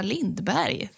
Lindberg